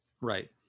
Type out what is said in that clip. right